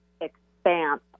expanse